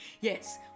Yes